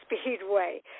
Speedway